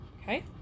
Okay